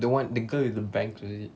the one the girl with the bangs is it